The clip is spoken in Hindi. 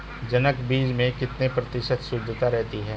जनक बीज में कितने प्रतिशत शुद्धता रहती है?